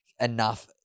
enough